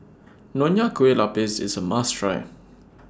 Nonya Kueh Lapis IS A must Try